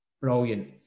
Brilliant